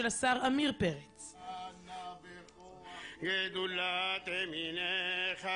הם בכלל ממרילנד בסילבר ספרינג מארצות